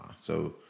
So-